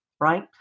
right